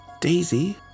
Daisy